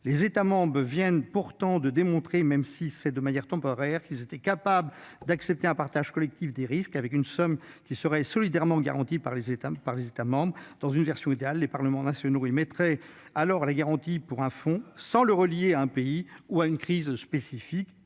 de la zone euro viennent pourtant de démontrer, même si c'est de manière temporaire, qu'ils sont capables d'accepter un partage collectif des risques, en prévoyant une somme qui serait solidairement garantie par les pays. Dans une version idéale, les parlements nationaux émettraient la garantie destinée au fonds sans la relier à un pays ou à une crise spécifique.